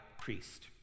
priest